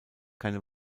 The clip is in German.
keine